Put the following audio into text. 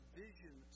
vision